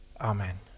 Amen